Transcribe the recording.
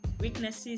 weaknesses